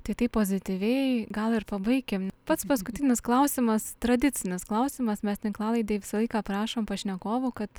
tai taip pozityviai gal ir pabaikim pats paskutinis klausimas tradicinis klausimas mes tinklalaidėj visą laiką prašom pašnekovų kad